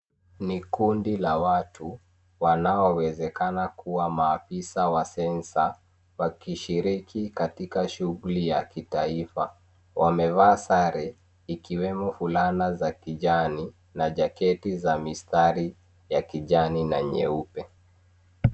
Ni kundi la watu wanaowezekana kuwa maafisa wa sensa wakishiriki katika shughuli ya kitaifa wamevaa sare ikiwemo fulana za kijani na jaketi za mistari ya kijani na nyeupe